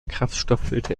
kraftstofffilter